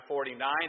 49